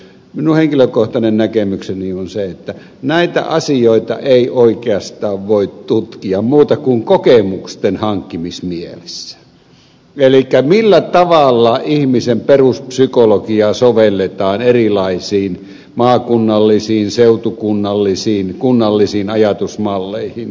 minun henkilökohtainen näkemykseni on se että näitä asioita ei oikeastaan voi tutkia muuten kuin kokemusten hankkimismielessä elikkä millä tavalla ihmisen peruspsykologiaa sovelletaan erilaisiin maakunnallisiin seutukunnallisiin kunnallisiin ajatusmalleihin